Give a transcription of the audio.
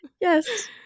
Yes